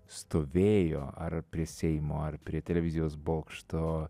stovėjo ar prie seimo ar prie televizijos bokšto